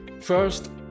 First